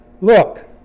Look